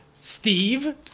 Steve